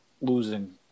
losing